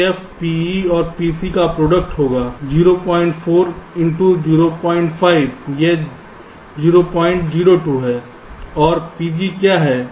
PF PE और PC का product होगा 004 इन टू 05 यह 002 है और PG क्या है